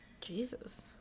jesus